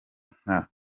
nka